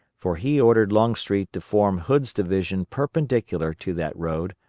for he ordered longstreet to form hood's division perpendicular to that road,